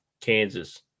Kansas